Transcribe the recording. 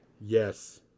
Yes